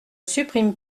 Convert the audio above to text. supprime